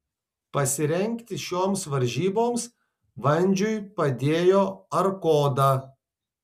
pasirengti šioms varžyboms vandžiui padėjo arkoda